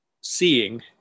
seeing